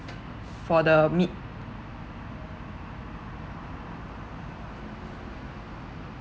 for the meat